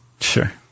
Sure